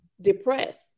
depressed